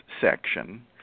section